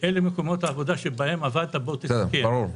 אלה מקומות העבודה שבהם עבדת --- ברור.